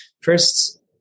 First